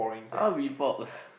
I want mee pok